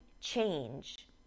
change